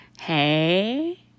Hey